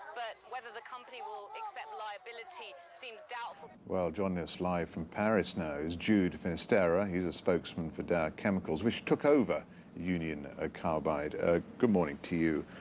but whether the company will accept liability seems doubtful. well, joining us live from paris now is jude finisterra. he's a spokesman for dow chemicals, which took over union ah carbide. ah good morning to you.